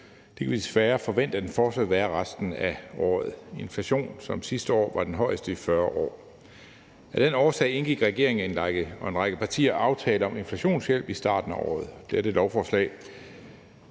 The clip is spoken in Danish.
Det kan vi desværre forvente at den fortsat vil være resten af året. Inflationen sidste år var den højeste i 40 år. Af den årsag indgik regeringen og en række partier en aftale om inflationshjælp i starten af året. Dette lovforslag